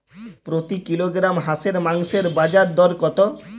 প্রতি কিলোগ্রাম হাঁসের মাংসের বাজার দর কত?